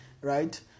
right